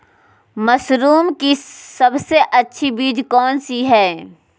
Mushroom की सबसे अच्छी बीज कौन सी है?